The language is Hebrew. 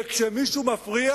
וכשמישהו מפריע